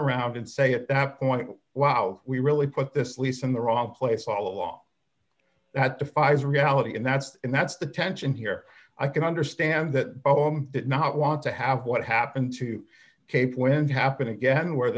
around and say at that point wow we really put this lease in the wrong place all along had to fight is reality and that's and that's the tension here i can understand that oh i'm not want to have what happened to cape wind happen again where